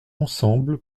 ensemble